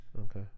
Okay